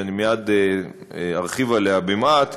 ומייד ארחיב עליה מעט,